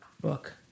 Book